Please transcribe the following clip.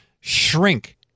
shrink